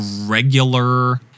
regular